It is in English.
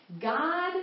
God